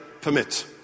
permit